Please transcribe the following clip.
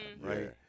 right